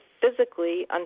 physically